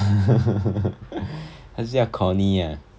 她是叫 connie ah